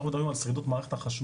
כשאנחנו מדברים על שרידות מערכת החשמל,